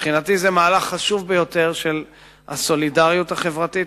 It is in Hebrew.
מבחינתי זה מהלך חשוב ביותר של הסולידריות החברתית,